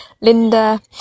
Linda